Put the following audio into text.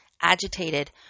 agitated